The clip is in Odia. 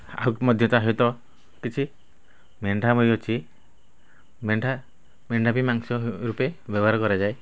ଆଉ ମଧ୍ୟ ତା'ସହିତ କିଛି ମେଣ୍ଢା ଅଛି ମେଣ୍ଢା ମେଣ୍ଢା ବି ମାଂସ ରୂପେ ବ୍ୟବହାର କରାଯାଏ